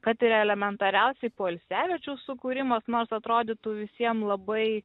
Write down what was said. kad ir elementariausiai poilsiaviečių sukūrimas nors atrodytų visiem labai